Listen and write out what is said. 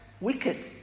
wicked